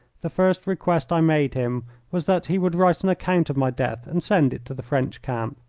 the first request i made him was that he would write an account of my death and send it to the french camp.